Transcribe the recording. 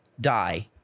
die